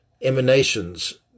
emanations